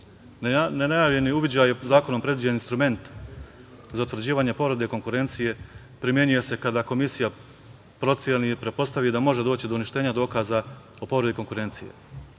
Nenajavljeni uviđaj je zakonom predviđen instrument za utvrđivanje povrede konkurencije. Primenjuje se kada Komisija proceni ili pretpostavi da može doći do uništenja dokaza o povredi konkurencije. Nenajavljeni